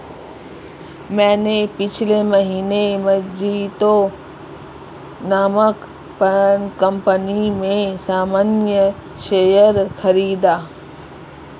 मैंने पिछले महीने मजीतो नामक कंपनी में सामान्य शेयर खरीदा